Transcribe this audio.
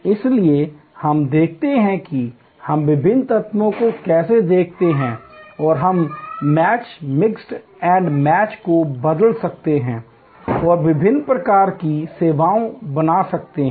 इसलिए हम देखते हैं हम विभिन्न तत्वों को कैसे देखते हैं और हम मैच मिक्स एंड मैच को बदल सकते हैं और विभिन्न प्रकार की सेवाएं बना सकते हैं